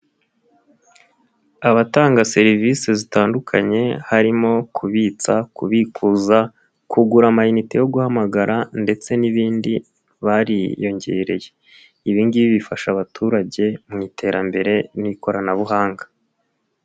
Abatanga serivise zitandukanye harimo kubitsa, kubikuza, kugura amayinite yo guhamagara ndetse n'ibindi bariyongereye, ibi ngibi bifasha abaturage mu iterambere n'ikoranabuhanga.